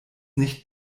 nicht